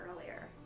earlier